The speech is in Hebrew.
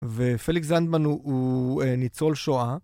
ופליקס זנדמן הוא ניצול שואה.